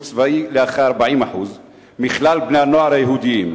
צבאי לכ-40% מכלל בני-הנוער היהודים.